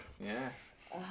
Yes